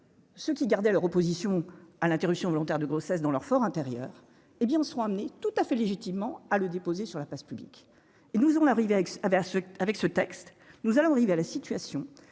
ce qui gardaient leur opposition à l'interruption volontaire de grossesse dans leur for intérieur, hé bien nous serons amenés tout à fait légitimement à le déposer sur la place publique et nous, on est arrivé à Aix ce avec ce texte nous allons arriver à la situation